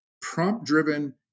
prompt-driven